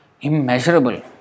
immeasurable